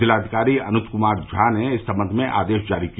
जिलाधिकारी अनुज कुमार झा ने इस सम्बन्ध में आदेश जारी किया